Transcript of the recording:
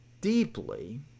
deeply